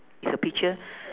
is a picture